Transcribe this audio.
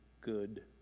good